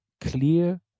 clear